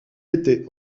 était